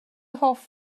hoff